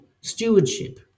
stewardship